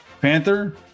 Panther